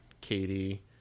Katie